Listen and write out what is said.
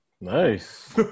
nice